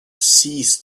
ceased